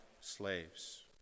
slaves